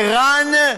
ער"ן,